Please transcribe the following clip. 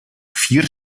vier